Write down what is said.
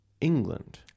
England